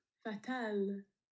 Fatal